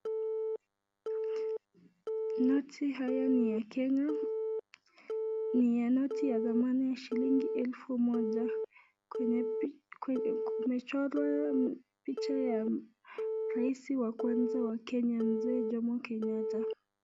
Noti haya ni ya Kenya, ni ya noti ya thamani ya shilingi elfu moja kwenye kumechorwa picha ya rais wa kwanza wa Kenya Mzee Jomo Kenyatta.